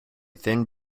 thin